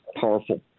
powerful